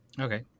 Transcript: Okay